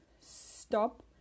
stop